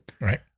right